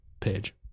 page